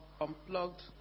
unplugged